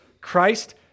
Christ